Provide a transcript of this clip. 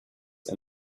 for